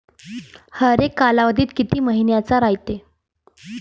हरेक कालावधी किती मइन्याचा रायते?